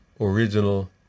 original